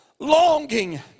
Longing